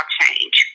change